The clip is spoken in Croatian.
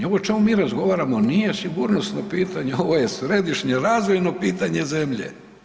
Ovo o čemu mi razgovaramo nije sigurnosno pitanje, ovo je središnje razvojno pitanje zemlje.